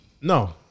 No